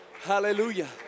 Hallelujah